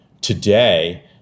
today